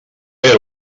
era